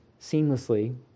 seamlessly